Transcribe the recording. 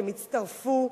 הם הצטרפו,